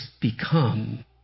become